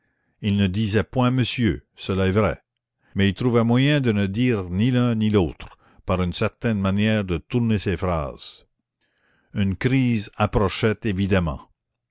il ne disait point monsieur cela est vrai mais il trouvait moyen de ne dire ni l'un ni l'autre par une certaine manière de tourner ses phrases une crise approchait évidemment